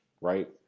right